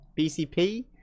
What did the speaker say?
BCP